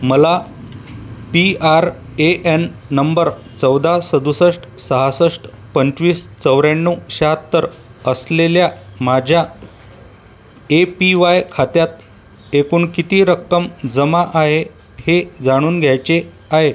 मला P R A N नंबर चौदा सदुसष्ट सहासष्ट पंचवीस चौऱ्याण्णव शहात्तर असलेल्या माझ्या एपीवाय खात्यात एकूण किती रक्कम जमा आहे हे जाणून घ्यायचे आहे